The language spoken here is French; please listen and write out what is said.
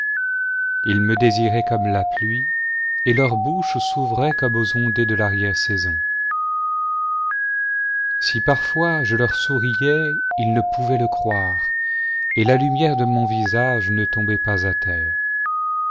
ils me désiraient comme la pluie et leur bouche s'ouvrait comme aux ondées de l'arrière-saison si parfois je leur souriais ils ne pouvaient le croire et la lumière de mon visage ne tombait pas à terre